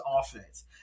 offense